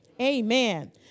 Amen